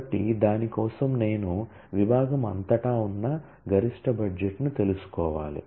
కాబట్టి దాని కోసం నేను విభాగం అంతటా ఉన్న గరిష్ట బడ్జెట్ను తెలుసుకోవాలి